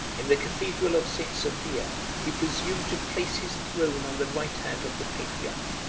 in the cathedral of st. sophia he presumed to place his throne on the right hand of the patriarch